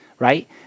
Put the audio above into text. Right